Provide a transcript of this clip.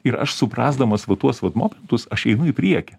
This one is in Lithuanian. ir aš suprasdamas va tuos vat momentus aš einu į priekį